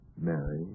Mary